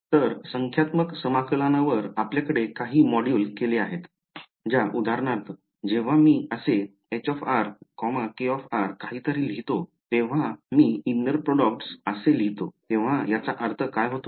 तर संख्यात्मक समाकलनावर आपल्याकडे काही मॉड्यूल केले आहेत ज्या उदाहरणार्थ जेव्हा मी असे h k काहीतरी लिहितो जेव्हा मी inner products असे लिहितो तेव्हा याचा काय अर्थ होतो